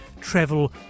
travel